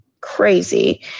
crazy